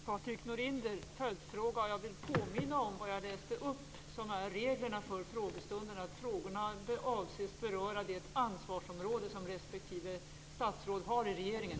Jag vill påminna om det jag nyss läste upp som är reglerna för frågestunden, nämligen att frågorna avses beröra det ansvarsområde som respektive statsråd har i regeringen.